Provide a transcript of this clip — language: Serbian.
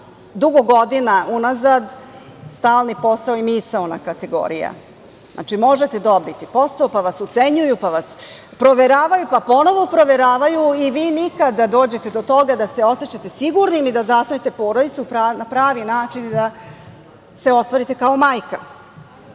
dugo godina unazad stalni posao je misaona kategorija. Znači, možete dobiti posao, pa vas ucenjuju, pa vas proveravaju, pa ponovo proveravaju i vi nikada da dođete do toga da se osećate sigurnim i da zasnujete porodicu na pravi način i da se ostvarite kao majka. Mnogi